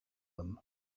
them